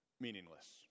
Meaningless